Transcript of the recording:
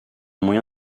moyen